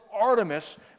Artemis